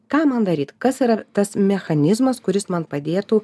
ką man daryt kas yra tas mechanizmas kuris man padėtų